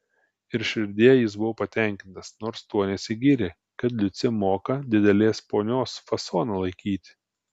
ir širdyje jis buvo patenkintas nors tuo nesigyrė kad liucė moka didelės ponios fasoną laikyti